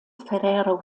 ferrero